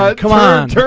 on, come on. turn,